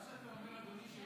מה שאתה אומר, אדוני,